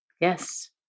Yes